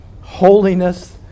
holiness